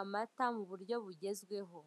amata mu buryo bugezweho.